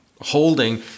holding